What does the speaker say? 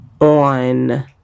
on